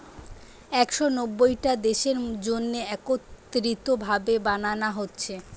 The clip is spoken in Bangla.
একশ নব্বইটা দেশের জন্যে একত্রিত ভাবে বানানা হচ্ছে